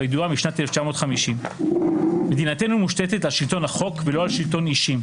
משנת 1950: "מדינתנו מושתתת על שלטון החוק ולא על שלטון אישים".